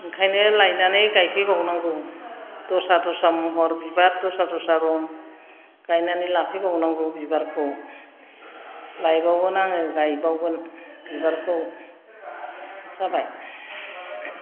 ओंखायनो लायनानै गायफैबावनांगौ दस्रा दस्रा महर बिबार दस्रा दस्रा रं गायनानै लाफैबावनांगौ बिबारखौ लायबावगोन आङो गायबावगोन बिबारखौ जाबाय